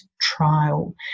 trial